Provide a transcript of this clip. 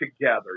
together